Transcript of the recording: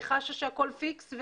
היא חשה שהכול פיקס?